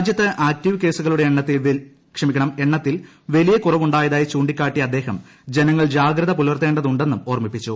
രാജ്യത്ത് ആക്ടീവ് പ്രക്ത്ക്സുകളുടെ എണ്ണത്തിൽ വലിയ കുറവുണ്ടായതായി ചൂണ്ട്ടിക്കാട്ടിയ അദ്ദേഹം ജനങ്ങൾ ജാഗ്രത പുലർത്തേണ്ടതുണ്ടെന്നും ്ഓർമ്മിപ്പിച്ചു